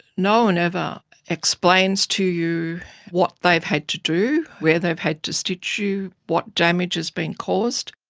no one ever explains to you what they've had to do, where they've had to stitch you, what damage has been caused.